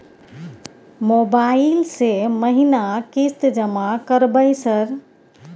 Mobile से महीना किस्त जमा करबै सर?